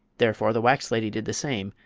therefore the wax lady did the same,